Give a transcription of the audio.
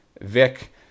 Vic